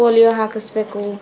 polio ಹಾಕಿಸಬೇಕು